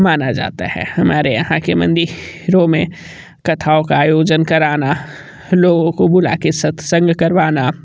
माना जाता है हमारे यहाँ के मंदिरों में कथाओं का आयोजन कराना लोगों को बुला के सत्संग करवाना